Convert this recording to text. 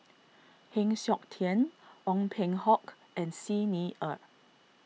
Heng Siok Tian Ong Peng Hock and Xi Ni Er